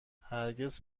هرگز